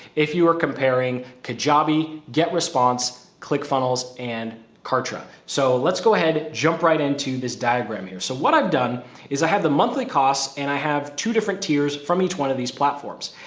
if you are comparing kajabi, get response, click funnels. and kartra. so let's go ahead, jump right into this diagram here. so what done is i have the monthly costs and i have two different tiers from each one of these platforms.